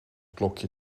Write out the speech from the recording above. klokje